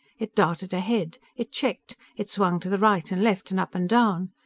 it darted ahead. it checked. it swung to the right and left and up and down.